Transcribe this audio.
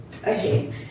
Okay